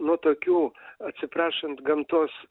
nuo tokių atsiprašant gamtos